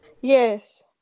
Yes